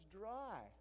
dry